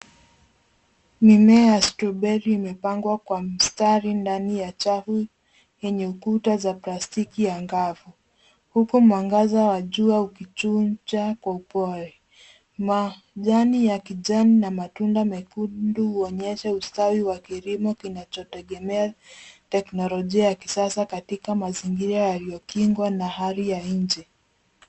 Mimea ya Straw Berry imepangwa kwa mstari ndani ya chafu yenye ukuta za plastiki angavu huku mwangaza wa jua ukichuja kwa upole. Majani ya kijani na matunda mekundu huonyesha ustawi wa kilimo kinacho tegemea teknolojia ya kisasa katika mazingira yaliyokigwa na hali ya nje.